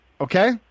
Okay